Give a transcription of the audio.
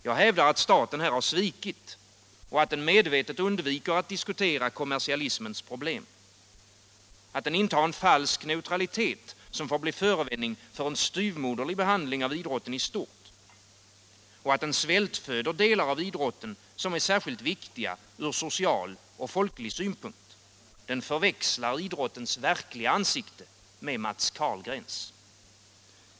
Jag hävdar att staten här har svikit och att den medvetet undviker att diskutera kommersialismens problem, att den intar en falsk neutralitet, som får bli förevändning för en styvmoderlig behandling av idrotten i stort, att den svältföder delar av idrotten som är särskilt viktiga ur social och folklig synpunkt, att den förväxlar idrottens verkliga ansikte med Matts Carlgrens.